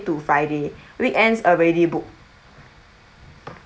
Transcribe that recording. to friday weekends already booked